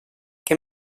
què